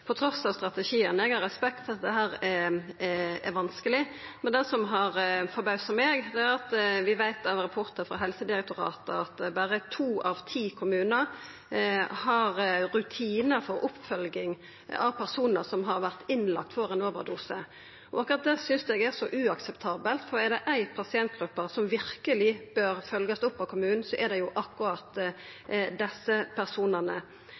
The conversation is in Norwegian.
på overdosar, trass strategien. Eg har respekt for at dette er vanskeleg, men det som har forbausa meg, er at vi veit av rapportar frå Helsedirektoratet at berre to av ti kommunar har rutinar for oppfølging av personar som har vore innlagde med overdose. Akkurat det synest eg er uakseptabelt, for er det ei pasientgruppe som verkeleg bør følgjast opp av kommunen, er det